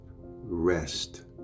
rest